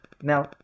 Now